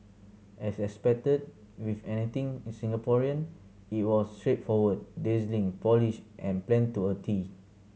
as expected with anything in Singaporean it was straightforward dazzling polished and planned to a tee